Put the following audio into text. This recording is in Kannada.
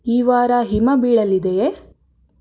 ಈ ವಾರ ಹಿಮ ಬೀಳಲಿದೆಯೇ